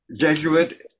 Jesuit